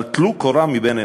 אבל טלו קורה מבין עיניכם,